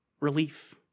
relief